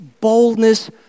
boldness